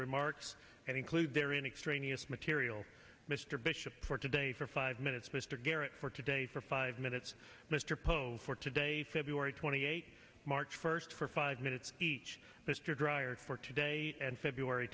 remarks and include their in extraneous material mr bishop for today for five minutes mr garrett for today for five minutes mr pope for today february twenty eighth march first for five minutes each mr dreier for today and february